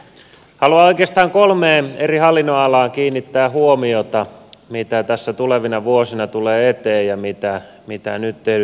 haluan oikeastaan kolmeen eri hallinnonalaan kiinnittää huomiota mitä tässä tulevina vuosina tulee eteen ja mitä nyt tehdyt esitykset tarkoittavat